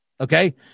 Okay